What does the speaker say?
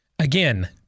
Again